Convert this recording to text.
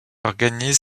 organise